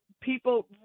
people